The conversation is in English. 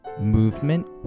movement